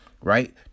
Right